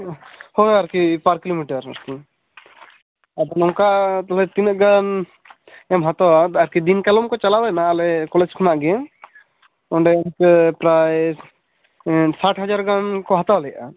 ᱦᱳᱭ ᱟᱨᱠᱤ ᱯᱟᱨ ᱠᱤᱞᱳᱢᱤᱴᱟᱨ ᱟᱫᱚ ᱱᱚᱝᱠᱟ ᱛᱤᱱᱟᱹ ᱜᱟᱱ ᱮᱢ ᱦᱟᱛᱟᱣᱼᱟ ᱟᱨᱠᱤ ᱫᱤᱱ ᱠᱟᱞᱚᱢ ᱠᱚ ᱪᱟᱞᱟᱣ ᱞᱮᱱᱟ ᱟᱞᱮ ᱠᱚᱞᱮᱡᱽ ᱠᱷᱚᱱᱟ ᱜᱤ ᱚᱸᱰᱮ ᱤᱱᱠᱟᱹ ᱯᱨᱟᱭ ᱥᱟᱴ ᱦᱟᱡᱟᱨ ᱜᱟᱱ ᱠᱚ ᱦᱟᱛᱟᱣ ᱞᱮᱫᱟ